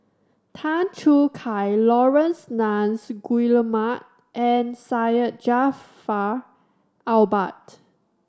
Tan Choo Kai Laurence Nunns Guillemard and Syed Jaafar Albar